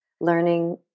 learning